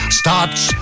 starts